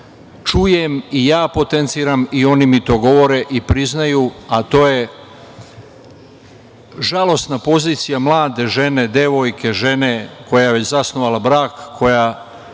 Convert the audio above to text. čujem i ja potenciram i oni mi to govore i priznaju, a to je žalosna pozicija mlade žene, devojke, žene koja je već zasnovala brak,